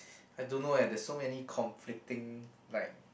I don't know eh there's so many conflicting like